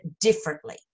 differently